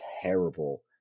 terrible